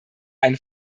einen